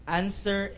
answer